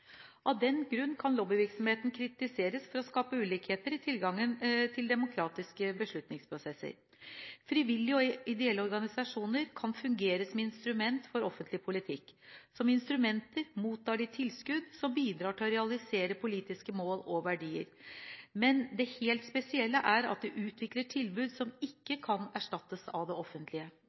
Av den grunn kan lobbyvirksomheten kritiseres for å skape ulikheter i tilgangen til demokratiske beslutningsprosesser. Frivillige og ideelle organisasjoner kan fungere som instrument for offentlig politikk. Som «instrumenter» mottar de tilskudd som bidrar til å realisere politiske mål og verdier, men det helt spesielle er at de utvikler tilbud som ikke kan erstattes av det offentlige.